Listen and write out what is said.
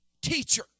teacher